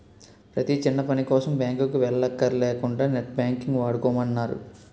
ప్రతీ చిన్నపనికోసం బాంకుకి వెల్లక్కర లేకుంటా నెట్ బాంకింగ్ వాడుకోమన్నారు